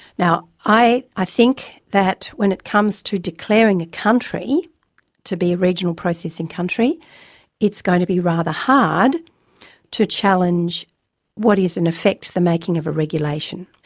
now, i. i think that when it comes to declaring a country to be a regional processing country it's going to be rather hard to challenge what is in effect the making of a regulation.